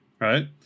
right